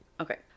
Okay